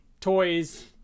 toys